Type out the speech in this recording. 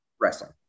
wrestling